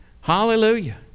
Hallelujah